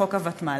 בחוק הוותמ"ל,